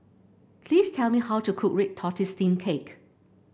please tell me how to cook Red Tortoise Steamed Cake